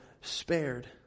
spared